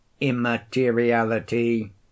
IMMATERIALITY